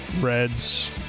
reds